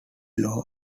law